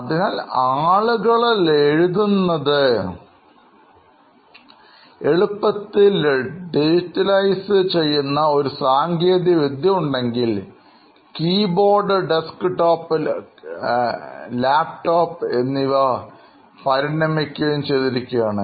അതിനാൽ ആളുകൾ എഴുതുന്നത് എളുപ്പത്തിൽ ഡിജിറ്റലൈസ് ചെയ്യുന്ന ഒരു സാങ്കേതികവിദ്യ ഉണ്ടെങ്കിൽ കീബോർഡ് ഡെസ്ക്ടോപ്പ് ലാപ്ടോപ്പ് എന്നിവ പരിണമിക്കുകയും ചെയ്തിരിക്കുകയാണ്